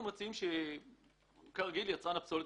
אנחנו מציעים שיצרן הפסולת